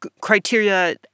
criteria